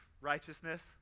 righteousness